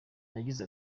yagize